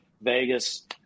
Vegas